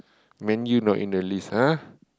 Man-U not in the list ha